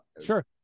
Sure